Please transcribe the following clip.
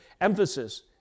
emphasis